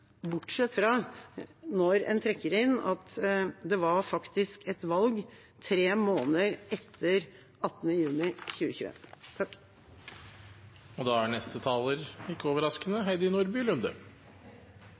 bortsett fra når en trekker inn at det faktisk var et valg tre måneder etter 18. juni